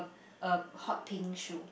a hot pink shoe